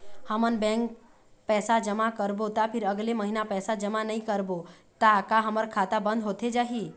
हमन बैंक पैसा जमा करबो ता फिर अगले महीना पैसा जमा नई करबो ता का हमर खाता बंद होथे जाही?